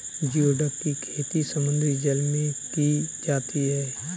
geoduck की खेती समुद्री जल में की जाती है